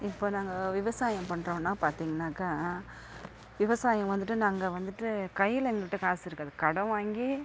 இப்போ நாங்கள் விவசாயம் பண்றோம்னா பார்த்திங்கனாக்க விவசாயம் வந்துட்டு நாங்கள் வந்துட்டு கையில் எங்கள்கிட்ட காசு இருக்காது கடன் வாங்கி